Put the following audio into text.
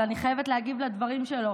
אבל אני חייבת להגיב על הדברים שלו.